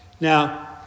Now